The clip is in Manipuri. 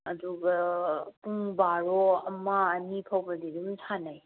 ꯑꯗꯨꯒ ꯄꯨꯡ ꯕꯥꯔꯣ ꯑꯃ ꯑꯅꯤ ꯐꯥꯎꯕꯗꯤ ꯑꯗꯨꯝ ꯁꯥꯟꯅꯩ